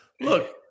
Look